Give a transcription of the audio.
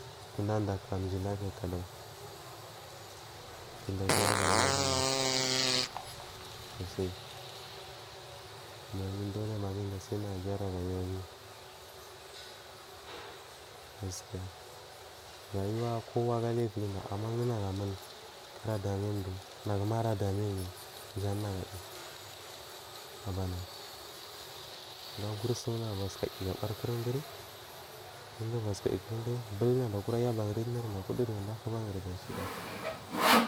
Kunda dakakamji lapiya kalau kunda gyara rayuwa guda sosai domin doli magu ɛnda gu gyara rayuwaguyi gaskiya rayuwa kowaga lafiyguɗa ama sundu nagu amul aɗamiya mdu naguma arada miyaguni jan nagu ayu abana aguri sundagu basuka bari kurun duri ɗundigu basuka bul duda kurayaban laku dunda ahubari dashi dam.